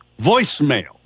voicemail